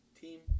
team